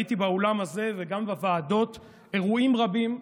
ראיתי באולם הזה וגם בוועדות אירועים רבים,